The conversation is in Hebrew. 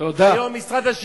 תודה.